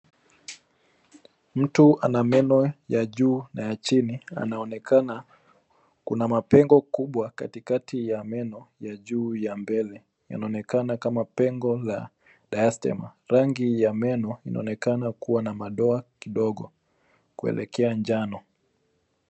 Mtu ana meno ya juu na ya chini anaonekana kuna mapengo kubwa katikati ya meno ya juu ya mbele yanaonekana kama pengo la diastema .Rangi ya meno inaonekana kuwa na madoa kidogo kuelekea njano.